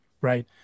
right